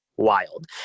wild